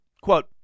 quote